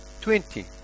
twenty